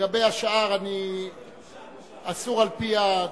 לגבי השאר אני אסור על-פי הדיבור.